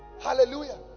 Hallelujah